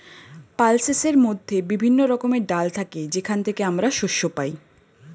পালসেসের মধ্যে বিভিন্ন রকমের ডাল থাকে যেখান থেকে আমরা শস্য পাই